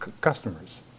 customers